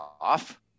off